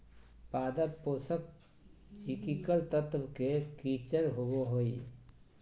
पादप पोषक चिकिकल तत्व के किचर होबो हइ